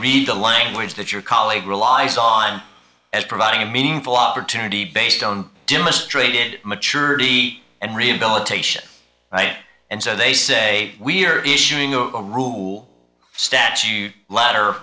read the language that your colleague relies on as providing a meaningful opportunity based on demand traded maturity and rehabilitation right and so they say we're issuing a rule statute l